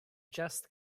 just